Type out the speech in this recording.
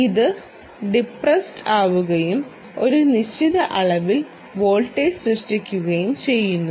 ഇത് ഡിപ്റസ്സ്ഡ് ആവുകയും ഒരു നിശ്ചിത അളവിൽ വോൾട്ടേജ് സൃഷ്ടിക്കുകയും ചെയ്യുന്നു